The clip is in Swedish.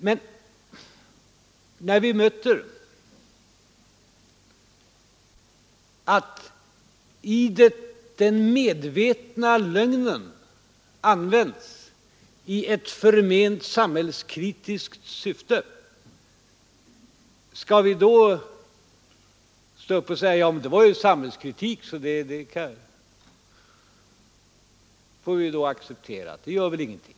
Men när vi möter ett medvetet användande av lögnen i ett förment samhällskritiskt syfte, skall vi då säga: Ja, men det är ju fråga om samhällskritik, så det får vi lov att acceptera — det gör väl ingenting?